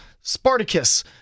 Spartacus